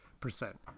percent